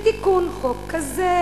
בתיקון חוק כזה,